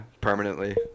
Permanently